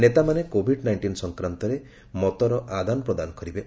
ନେତାମାନେ covid nineteen ସଂକ୍ରାନ୍ତରେ ମତର ଆଦାନ ପ୍ରଦାନ କରିବେ